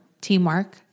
Teamwork